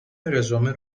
رزومه